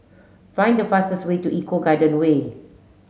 find the fastest way to Eco Garden Way